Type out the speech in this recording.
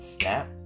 snap